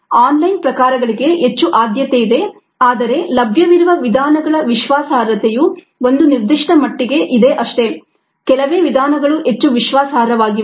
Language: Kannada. ಆನ್ ಲೈನ್ ಪ್ರಕಾರಗಳಿಗೆ ಹೆಚ್ಚು ಆದ್ಯತೆಯಿದೆ ಆದರೆ ಲಭ್ಯವಿರುವ ವಿಧಾನಗಳ ವಿಶ್ವಾಸಾರ್ಹತೆಯು ಒಂದು ನಿರ್ದಿಷ್ಟ ಮಟ್ಟಿಗೆ ಇದೆ ಅಷ್ಟೆ ಕೆಲವೇ ವಿಧಾನಗಳು ಹೆಚ್ಚು ವಿಶ್ವಾಸಾರ್ಹವಾಗಿವೆ